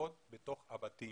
המשפחות בתוך הבתים.